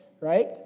right